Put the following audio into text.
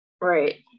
Right